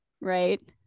right